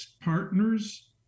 partners